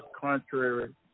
contrary